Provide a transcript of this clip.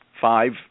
five